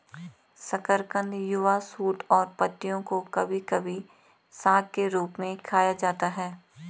शकरकंद युवा शूट और पत्तियों को कभी कभी साग के रूप में खाया जाता है